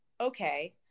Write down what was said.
okay